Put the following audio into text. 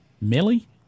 Millie